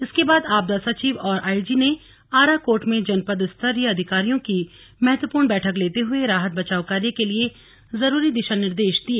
इसके बाद आपदा सचिव और आईजी ने आराकोट में जनपद स्तरीय अधिकारियों की महत्पूर्ण बैठक लेते हुए राहत बचाव कार्य के लिए जरूरी दिशा निर्देश दिए